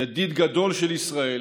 ידיד גדול של ישראל,